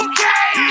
Okay